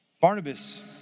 Barnabas